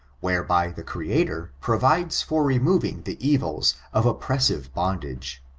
whereby the creator provides for removing the evils of oppressive bondage.